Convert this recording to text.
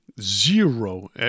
zero